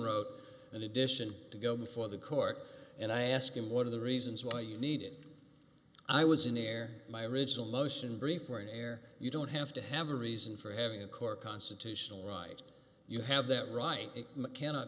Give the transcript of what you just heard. handwrote in addition to go before the court and i ask him one of the reasons why you need it i was in there my original motion briefer in air you don't have to have a reason for having a core constitutional right you have that right it cannot